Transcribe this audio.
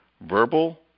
Verbal